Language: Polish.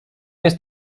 jest